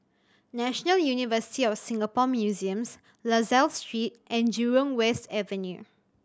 National University of Singapore Museums La Salle Street and Jurong West Avenue